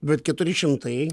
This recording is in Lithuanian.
bet keturi šimtai